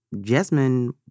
Jasmine